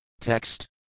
Text